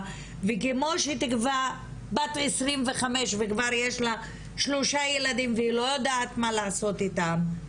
וכמו שתקווה בת 25 וכבר יש לה שלושה ילדים והיא לא יודעת מה לעשות איתם,